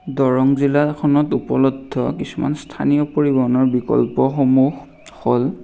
দৰং জিলাখনত উপলব্ধ কিছুমান স্থানীয় পৰিবহণৰ বিকল্পসমূহ হ'ল